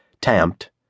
tamped